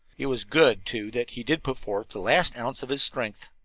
it was good, too, that he did put forth the last ounce of his strength.